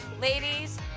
Ladies